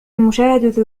مشاهدة